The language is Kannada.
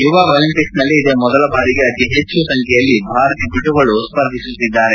ಯುವ ಒಲಿಂಪಿಕ್ಸೆನಲ್ಲಿ ಇದೇ ಮೊದಲ ಬಾರಿಗೆ ಅತಿ ಹೆಚ್ಚು ಸಂಖ್ಯೆಯಲ್ಲಿ ಭಾರತೀಯ ಪಟುಗಳು ಸ್ಪರ್ಧಿಸುತ್ತಿದ್ದಾರೆ